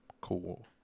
cool